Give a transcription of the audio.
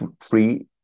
free